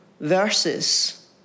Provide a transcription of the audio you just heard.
verses